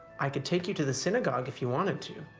i could take you to the synagogue if you wanted to.